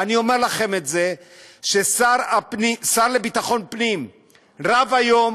אני אומר לכם שהשר לביטחון פנים רב היום